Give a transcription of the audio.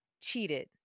cheated